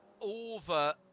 over